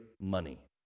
money